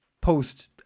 post